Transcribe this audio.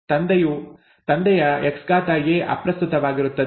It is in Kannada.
ತಂದೆಯ Xa ಅಪ್ರಸ್ತುತವಾಗಿರುತ್ತದೆ